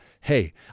Hey